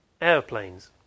airplanes